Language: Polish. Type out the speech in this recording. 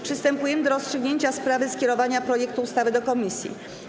Przystępujemy do rozstrzygnięcia sprawy skierowania projektu ustawy do komisji.